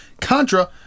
Contra